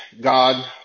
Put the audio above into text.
God